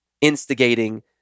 instigating